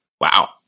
Wow